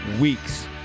weeks